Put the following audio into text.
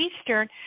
eastern